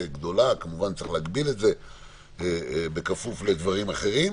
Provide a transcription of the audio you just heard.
כמובן צריך להגביל את זה בכפוף לדברים אחרים.